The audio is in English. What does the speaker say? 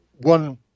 one